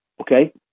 Okay